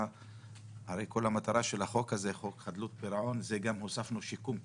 הרי כל מטרת חוק חדלות פירעון היא גם שיקום כלכלי,